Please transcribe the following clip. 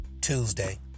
Tuesday